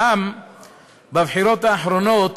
העם בבחירות האחרונות